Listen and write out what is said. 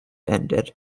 ended